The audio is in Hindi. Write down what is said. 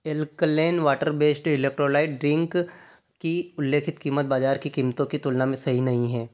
alkaline water based electrolyte drink की उल्लेखित कीमत बाज़ार की कीमतों की तुलना में सही नहीं हैं